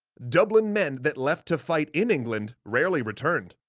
dublin men that left to fight in england rarely returned,